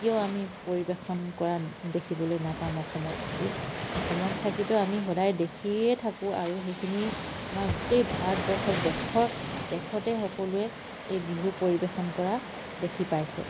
কিয় আমি পৰিৱেশন কৰা দেখিবলৈ নাপাম অসমত থাকি অসমত থাকিটো আমি সদায় দেখিয়ে থাকোঁ আৰু সেইখিনি আমাৰ গোটেই ভাৰতবৰ্ষৰ দেশৰ দেশতে সকলোৱে এই বিহু পৰিৱেশন কৰা দেখি পাইছে